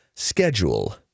schedule